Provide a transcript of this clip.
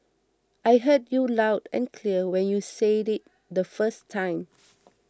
I heard you loud and clear when you said it the first time